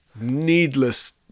needless